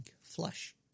flush